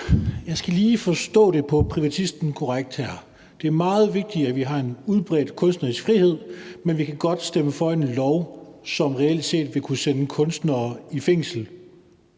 Jeg skal lige forstå det her korrekt på privatisten, altså at det er meget vigtigt, at vi har en udbredt kunstnerisk frihed, men at man godt kan stemme for en lov, som reelt set vil kunne sende kunstnere i fængsel.